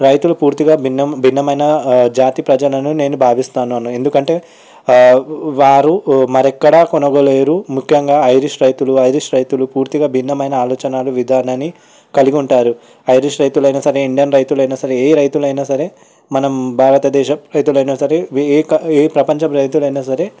రైతు పూర్తిగా భిన్న భిన్నమైన జాతి ప్రజలను నేను భావిస్తాను ఎందుకంటే వారు మరెక్కడ కొనగలేరు ముఖ్యంగా ఆరిష్ రైతులు ఆరిష్ రైతులు పూర్తిగా భిన్నమైన ఆలోచనలు విధానాన్ని కలిగి ఉంటారు ఆరిష్ రైతులైన సరే ఇండియన్ రైతులైనా సరే ఏ రైతులైనా సరే మనం భారతదేశం రైతులైన సరే ఏ క ఏ ప్రపంచ రైతులైనా సరే